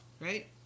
Right